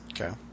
Okay